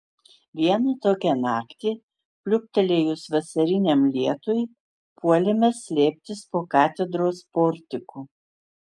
vieną tokią naktį pliūptelėjus vasariniam lietui puolėme slėptis po katedros portiku